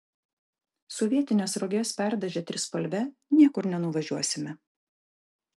sovietines roges perdažę trispalve niekur nenuvažiuosime